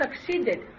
succeeded